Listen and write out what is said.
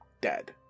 Dead